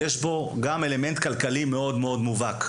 יש בו גם אלמנט כלכלי מאוד מובהק,